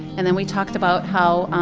and then we talked about how